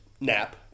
nap